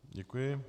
Děkuji.